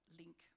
link